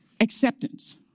acceptance